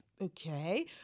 okay